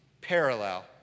parallel